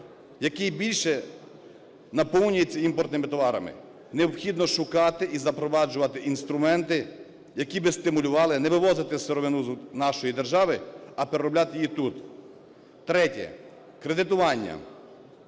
який більше наповнюється імпортними товарами. Необхідно шукати і запроваджувати інструменти, які би стимулювали, не вивозити сировину з нашої держави, а переробляти її тут. Третє. Кредитування.